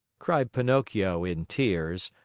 cried pinocchio in tears.